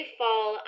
fall